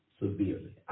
severely